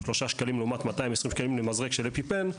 3 שקלים לעומת 220 שקלים למזרק אפיפן.